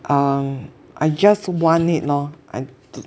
um I just want it lor and